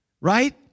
Right